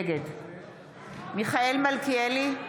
נגד מיכאל מלכיאלי,